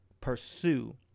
pursue